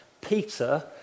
Peter